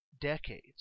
decades